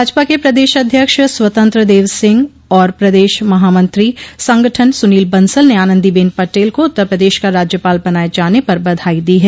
भाजपा के प्रदेश अध्यक्ष स्वतंत्र देव सिंह और प्रदेश महामंत्री संगठन सुनील बंसल ने आनन्दी बेन पटेल को उत्तर प्रदेश का राज्यपाल बनाये जाने पर बधाई दी है